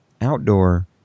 outdoor